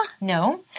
No